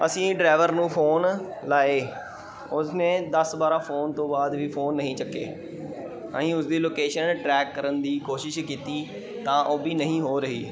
ਅਸੀਂ ਡਰਾਈਵਰ ਨੂੰ ਫੋਨ ਲਾਏ ਉਸਨੇ ਦਸ ਬਾਰ੍ਹਾਂ ਫੋਨ ਤੋਂ ਬਾਅਦ ਵੀ ਫੋਨ ਨਹੀਂ ਚੱਕੇ ਅਸੀਂ ਉਸ ਦੀ ਲੋਕੇਸ਼ਨ ਟਰੈਕ ਕਰਨ ਦੀ ਕੋਸ਼ਿਸ਼ ਕੀਤੀ ਤਾਂ ਉਹ ਵੀ ਨਹੀਂ ਹੋ ਰਹੀ